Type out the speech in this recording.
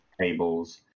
tables